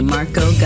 Marco